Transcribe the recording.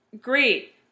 great